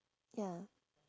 ya